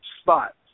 spots